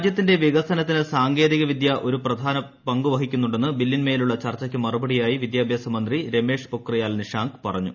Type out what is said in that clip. രാജ്യത്തിന്റെ വികസനത്തിന് സാങ്കേതിക്കുവീദ്യ ഒരു പ്രധാന പങ്ക് വഹിക്കുന്നുണ്ടെന്ന് ബില്ലിന്മേലുള്ള ചർച്ചയ്ക്ക് മറുപടിയായി വിദ്യാഭ്യാസ മന്ത്രി രമേശ് പൊഖ്രിയാൽ നിഷാങ്ക് പറഞ്ഞു